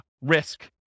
risk